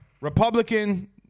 Republican